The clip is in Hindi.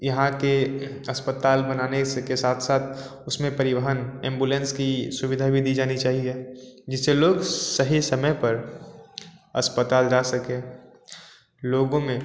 यहाँ के अस्पताल बनाने से के साथ साथ उस में परिवहन एम्बुलेंस की सुविधा भी दी जानी चाहिए जिससे लोग सही समय पर अस्पताल जा सकें लोगों में